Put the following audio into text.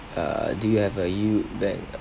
err do you have a youthbank